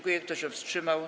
Kto się wstrzymał?